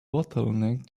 bottleneck